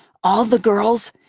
all the girls,